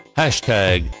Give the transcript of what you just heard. hashtag